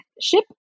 ship